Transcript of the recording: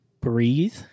breathe